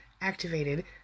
activated